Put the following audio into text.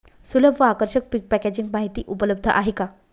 सुलभ व आकर्षक पीक पॅकेजिंग माहिती उपलब्ध आहे का?